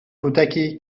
کودکی